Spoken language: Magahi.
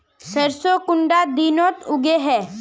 सरसों कुंडा दिनोत उगैहे?